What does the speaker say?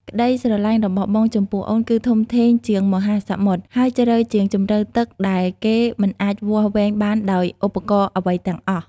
ក្តីស្រឡាញ់របស់បងចំពោះអូន គឺធំធេងជាងមហាសមុទ្រ ហើយជ្រៅជាងជម្រៅទឹកដែលគេមិនអាចវាស់វែងបានដោយឧបករណ៍អ្វីទាំងអស់។